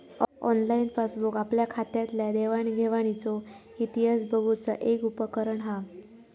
online passbook आपल्या खात्यातल्या देवाण घेवाणीचो इतिहास बघुचा एक उपकरण हा